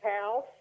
house